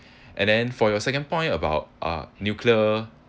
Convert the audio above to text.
and then for your second point about uh nuclear